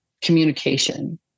communication